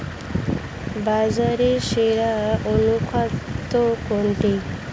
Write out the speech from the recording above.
বাজারে সেরা অনুখাদ্য কোনটি?